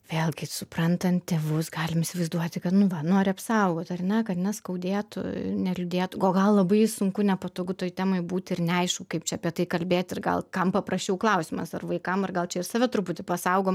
vėlgi suprantant tėvus galim įsivaizduoti kad nu va nori apsaugot ar ne kad neskaudėtų neliūdėtų o gal labai sunku nepatogu toj temoj būt ir neaišku kaip čia apie tai kalbėt ir gal kam paprasčiau klausimas ar vaikam ar gal čia ir save truputį pasaugom